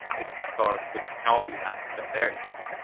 is because the technology hasn't been there yet.